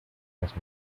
las